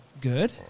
good